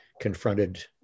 confronted